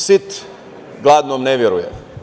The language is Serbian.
Sit gladnom ne veruje.